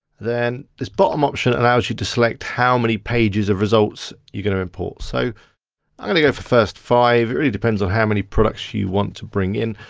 then this bottom option allows you to select how many pages of results you're gonna import. so i'm gonna go for first five, it really depends on exactly how many products you want to bring in.